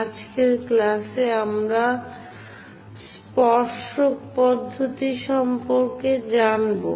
আজকের ক্লাসে আমরা স্পর্শক পদ্ধতি সম্পর্কে জানবো